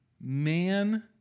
Man